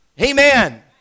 Amen